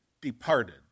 departed